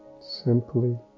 simply